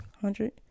hundred